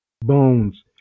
Bones